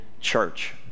church